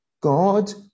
God